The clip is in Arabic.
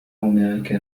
هناك